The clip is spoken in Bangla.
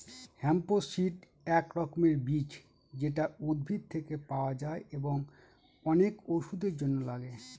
হেম্প সিড এক রকমের বীজ যেটা উদ্ভিদ থেকে পাওয়া যায় এবং অনেক ওষুধের জন্য লাগে